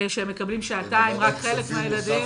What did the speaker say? כשהם מקבלים שעתיים ורק חלק מהילדים.